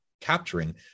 capturing